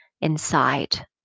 inside